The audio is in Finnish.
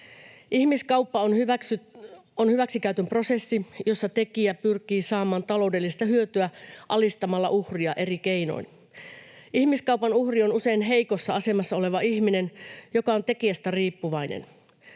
Ihmiskauppa on hyväksikäytön prosessi, jossa tekijä pyrkii saamaan taloudellista hyötyä alistamalla uhria eri keinoin. Ihmiskaupan uhri on usein heikossa asemassa oleva ihminen, joka on tekijästä riippuvainen.